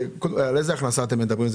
על איזו הכנסה אתם מדברים?